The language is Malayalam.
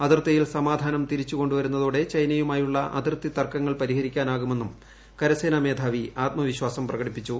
അതിർത്തിയിൽ സമാധാനം തിരിച്ച് കൊണ്ടുവരുന്നതോടെ ചൈനയുമായുള്ള അതിർത്തി തർക്കങ്ങൾ പരിഹരിക്കാനാകുമെന്നും കരസേന മേധാവി ആത്മവിശ്വാസം പ്രകടിപ്പിച്ചു